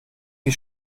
wie